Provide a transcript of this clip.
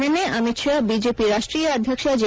ನಿನ್ನೆ ಅಮಿತ್ ಷಾ ಬಿಜೆಪಿ ರಾಷ್ಷೀಯ ಅಧ್ಯಕ್ಷ ಜೆ